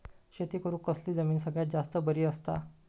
शेती करुक कसली जमीन सगळ्यात जास्त बरी असता?